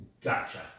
Gotcha